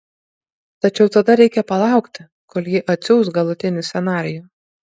tačiau tada reikia palaukti kol ji atsiųs galutinį scenarijų